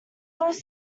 clothes